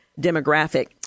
demographic